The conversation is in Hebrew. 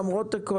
למרות הכול,